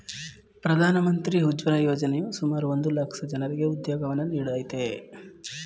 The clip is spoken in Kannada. ಪ್ರಧಾನ ಮಂತ್ರಿ ಉಜ್ವಲ ಯೋಜನೆಯು ಸುಮಾರು ಒಂದ್ ಲಕ್ಷ ಜನರಿಗೆ ಉದ್ಯೋಗವನ್ನು ನೀಡಯ್ತೆ